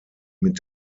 mit